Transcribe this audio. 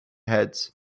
heads